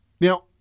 Now